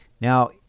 Now